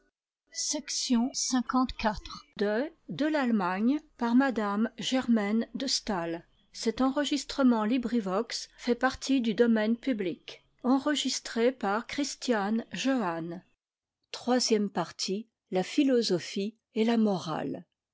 de la politique et ë la morale